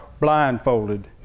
blindfolded